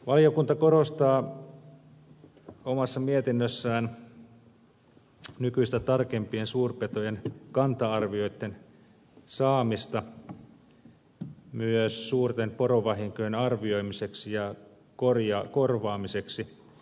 valiokunta korostaa omassa mietinnössään nykyistä tarkempien suurpetojen kanta arvioitten saamista myös suurten porovahinkojen arvioimiseksi ja korvaamiseksi